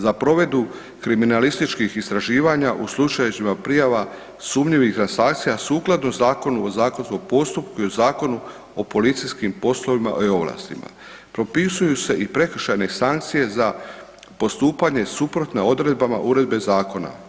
Za provedbu kriminalističkih istraživanja u slučajevima prijava sumnjivih transakcija sukladno Zakonu o kaznenom postupku i Zakonu o policijskim poslovima i ovlastima propisuju se i prekršajne sankcije za postupanje suprotne odredbama uredbe zakona.